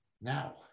Now